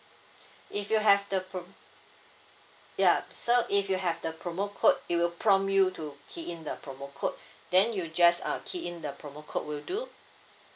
if you have the prom~ yup so if you have the promo code it will prompt you to key in the promo code then you just uh key in the promo code will do